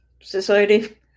Society